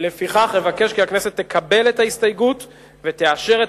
אבקש כי הכנסת תקבל את ההסתייגות ותאשר את